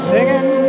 Singing